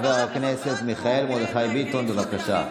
חבר הכנסת מיכאל מרדכי ביטון, בבקשה.